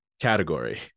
category